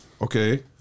Okay